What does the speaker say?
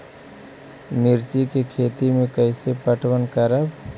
मिर्ची के खेति में कैसे पटवन करवय?